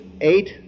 eight